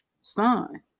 son